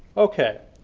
okay,